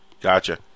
Gotcha